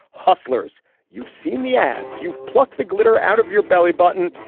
hustlers you've seen the ads you've plucked the glitter out of your belly button.